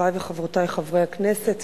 חברי וחברותי חברי הכנסת,